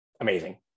amazing